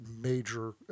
major